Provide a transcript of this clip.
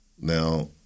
Now